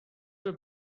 were